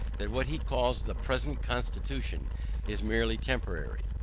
that what he calls the present constitution is merely temporary.